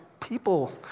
people